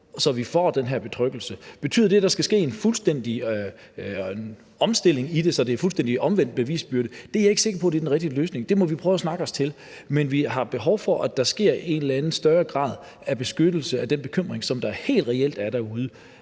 på at få den her betryggelse. Betyder det, at der skal ske en fuldstændig omstilling i det, så det er fuldstændig omvendt bevisbyrde? Det er jeg ikke sikker på er den rigtige løsning, så det må vi prøve at snakke os frem til. Men vi har behov for, at der sker en eller anden større grad af beskyttelse mod den bekymring, som der helt reelt er derude